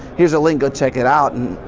here's a link, go check it out, and,